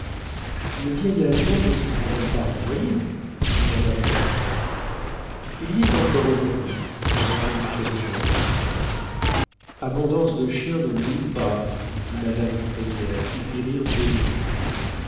le vieil allemand n'est cependant pas renvoyé dit madame massin il y est encore aujourd'hui répondit cabirolle abondance de chiens ne nuit pas dit madame crémière qui fit rire tout le monde